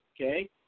Okay